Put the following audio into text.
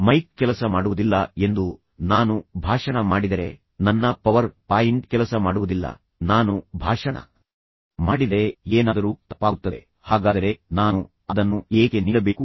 mic ಕೆಲಸ ಮಾಡುವುದಿಲ್ಲ ಎಂದು ನಾನು ಭಾಷಣ ಮಾಡಿದರೆ ನನ್ನ ಪವರ್ ಪಾಯಿಂಟ್ ಕೆಲಸ ಮಾಡುವುದಿಲ್ಲ ನಾನು ಭಾಷಣ ಮಾಡಿದರೆ ಏನಾದರೂ ತಪ್ಪಾಗುತ್ತದೆ ಹಾಗಾದರೆ ನಾನು ಅದನ್ನು ಏಕೆ ನೀಡಬೇಕು